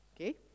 Okay